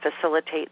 facilitate